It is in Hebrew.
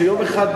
שיום אחד,